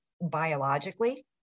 biologically